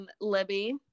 Libby